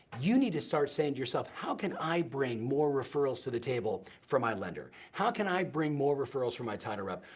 you need to start saying to yourself, how can i bring more referrals to the table for my lender, how can i bring more referrals for my title rep,